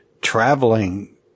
traveling